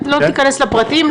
לא ניכנס לפרטים,